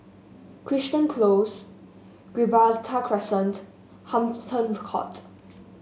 Crichton Close Gibraltar Crescent Hampton Court